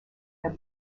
near